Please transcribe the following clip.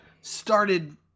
started